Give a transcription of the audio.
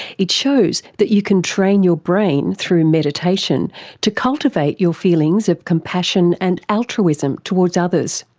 it shows that you can train your brain through meditation to cultivate your feelings of compassion and altruism towards others.